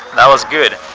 that was good.